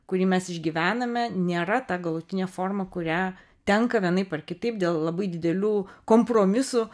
kurį mes išgyvename nėra ta galutinė forma kurią tenka vienaip ar kitaip dėl labai didelių kompromisų